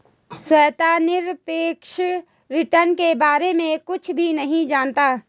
श्वेता निरपेक्ष रिटर्न के बारे में कुछ भी नहीं जनता है